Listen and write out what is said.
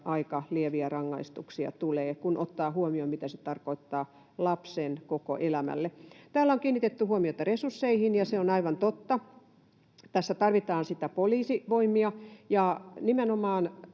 aika lieviä rangaistuksia tulee, kun ottaa huomioon, mitä se tarkoittaa lapsen koko elämälle. Täällä on kiinnitetty huomiota resursseihin, ja se on aivan totta, että tässä tarvitaan poliisivoimia ja nimenomaan